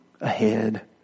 ahead